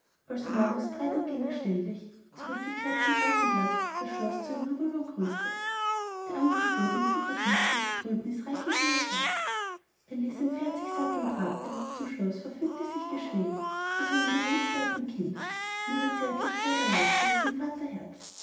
als morgens breit und gegenständlich zurückgekehrt zum alten platz das schloß zu ihm herübergrüßte der anblick bot ihm für verbüßte betrübnis reichlichen ersatz er ließ ein pferd sich satteln trabte zum schloß verfügte sich geschwind zu seinem lang entbehrten kind und ihre zärtlichkeit erlabte sein vaterherz